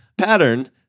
pattern